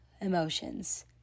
emotions